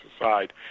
aside